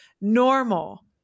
normal